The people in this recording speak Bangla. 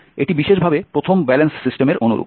এটি বিশেষভাবে প্রথম ব্যালেন্স সিস্টেমের অনুরূপ